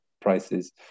prices